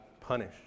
punish